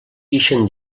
ixen